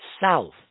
south